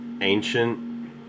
ancient